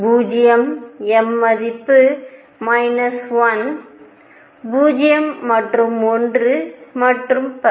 0 m மதிப்பு 1 0 மற்றும் 1 மற்றும் பல